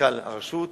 מנכ"ל הרשות,